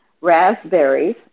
Raspberries